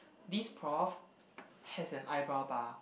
this prof has an eyebrow bar